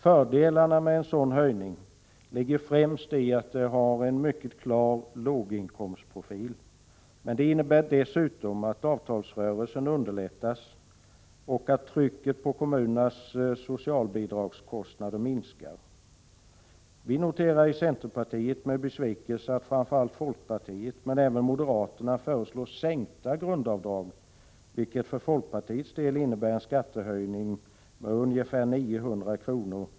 Fördelarna med en sådan höjning ligger främst i att grundavdraget har en mycket klar låginkomstprofil, men den innebär dessutom att avtalsrörelsen underlättas och att trycket på kommunernas socialbidragskostnader minskar. Vii centerpartiet noterar med besvikelse att framför allt folkpartiet men även moderaterna föreslår sänkningar av grundavdraget, vilket för folkpartiets del innebär en skattehöjning med ungefär 900 kr.